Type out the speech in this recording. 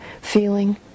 feeling